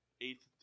Eighth